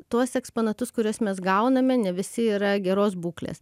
tuos eksponatus kuriuos mes gauname ne visi yra geros būklės